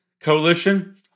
Coalition